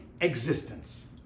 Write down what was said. existence